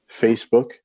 Facebook